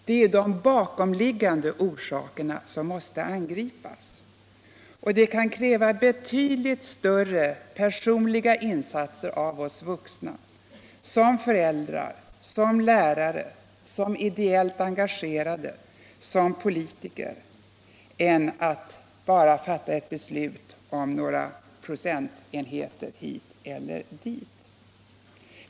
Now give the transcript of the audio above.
Det är de bakomliggande orsakerna som måste angripas, och det kan kräva betydligt större personliga insatser av oss vuxna som föräldrar, som lärare, som intellektuellt engagerade, som politiker, än att bara fatta ett beslut om några procentenheter hit eller dit.